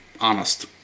honest